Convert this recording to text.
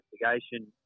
investigation